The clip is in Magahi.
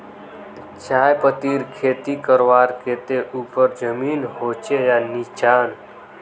चाय पत्तीर खेती करवार केते ऊपर जमीन होचे या निचान?